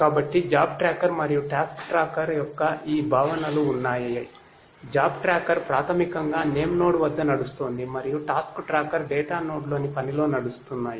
కాబట్టి job tracker మరియు task tracker యొక్క ఈ భావనలు ఉన్నాయా జాబ్ ట్రాకర్ ప్రాథమికంగా నేమ్ నోడ్స్ వద్ద నడుస్తోంది మరియు టాస్క్ ట్రాకర్స్ డేటా నోడ్లోని పనిలో నడుస్తున్నాయి